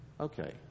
okay